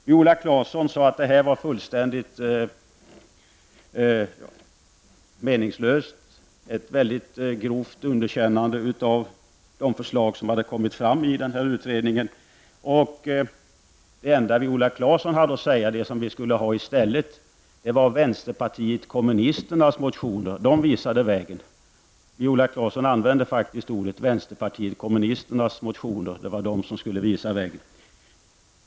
Viola Claesson sade att det här var fullständigt meningslöst. Det var ett grovt underkännande av de förslag som hade kommit fram i utredningen. Det enda Viola Claesson hade att föreslå att man skulle ha i stället var vänsterpartiet kommunisternas motioner -- de visade vägen. Viola Claesson använde faktiskt uttrycket vänsterpartiet kommunisternas motioner.